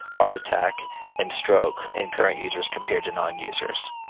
heart attack and stroke in current users compared to non-users.